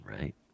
right